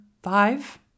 five